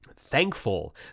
Thankful